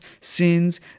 sins